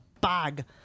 bag